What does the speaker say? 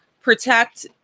protect